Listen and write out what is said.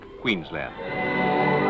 Queensland